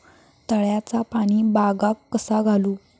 तळ्याचा पाणी बागाक कसा घालू?